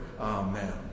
Amen